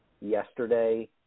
yesterday